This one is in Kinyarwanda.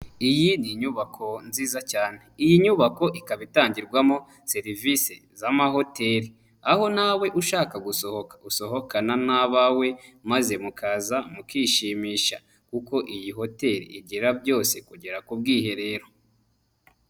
Iyi ni inyubako nziza cyane. Iyi nyubako ikaba itangirwamo serivise z'amahoteri, aho nawe ushaka gusohoka usohokana n'abawe maze mukaza mukishimisha kuko iyi hoteri igi byose kugera ku bwiherero.